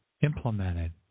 implemented